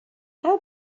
how